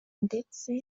ndetse